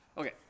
Okay